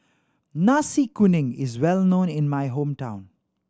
Nasi Kuning is well known in my hometown